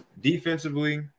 Defensively